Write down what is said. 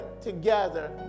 together